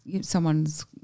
someone's